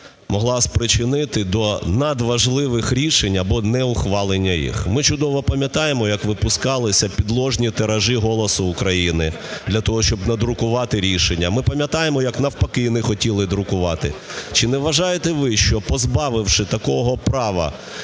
могла спричинити до надважливих рішень або неухвалення їх. Ми чудово пам'ятаємо, як випускалися підложні тиражі "Голосу України" для того, щоб надрукувати рішення. Ми пам'ятаємо як навпаки, не хотіли друкувати. Чи не вважаєте ви, що, позбавивши такого права